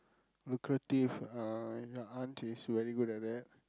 lucrative uh your aunt is very good at that